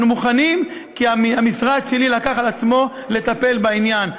אנחנו מוכנים כי המשרד שלי לקח על עצמו לטפל בעניין.